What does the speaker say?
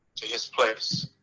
to his place.